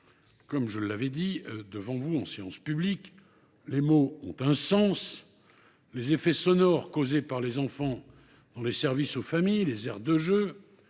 Comme je l’avais dit devant vous en séance publique, les mots ont un sens. Les effets sonores causés par les enfants dans les services aux familles, les aires de jeux